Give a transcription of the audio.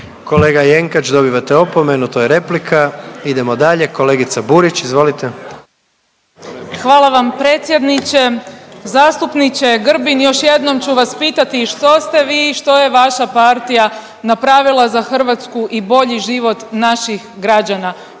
Kolega Jenkač dobivate opomenu to je replika. Idemo dalje, kolegica Burić izvolite. **Burić, Majda (HDZ)** Hvala vam predsjedniče. Zastupniče Grbin još jednom ću vas pitati što ste vi i što je vaša partija napravila za Hrvatsku i bolji život naših građana.